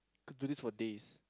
could do this for days